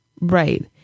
Right